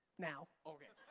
now. okay.